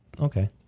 okay